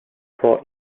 port